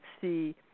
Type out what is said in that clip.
see